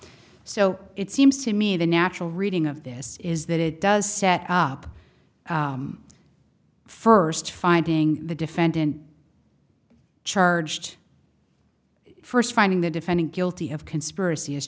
so it seems to me the natural reading of this is that it does set up first finding the defendant charged it first finding the defendant guilty of conspiracy as